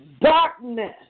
Darkness